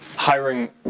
hiring